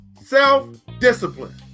self-discipline